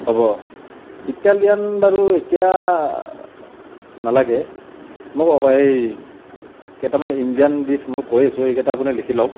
হ'ব ইটালিয়ান বাৰু এতিয়া নালাগে মই এই কেইটামান ইণ্ডিয়ান ডিছ মই কৈ আছো এইকেইটা আপুনি লিখি লওক